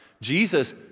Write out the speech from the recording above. Jesus